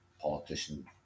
politician